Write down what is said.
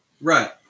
Right